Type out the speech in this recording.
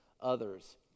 others